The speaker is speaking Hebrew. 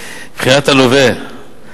מבחינת הלווה,